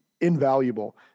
invaluable